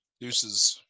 deuces